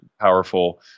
powerful